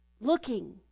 looking